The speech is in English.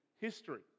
history